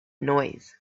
noise